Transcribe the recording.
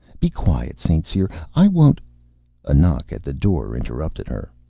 be quiet, st. cyr! i won't a knock at the door interrupted her.